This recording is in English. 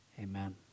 Amen